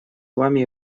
вами